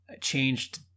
changed